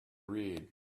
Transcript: read